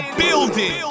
building